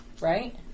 right